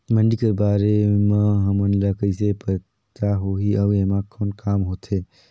मंडी कर बारे म हमन ला कइसे पता होही अउ एमा कौन काम होथे?